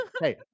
Hey